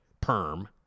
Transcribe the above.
perm